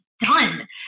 done